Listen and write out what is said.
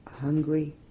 hungry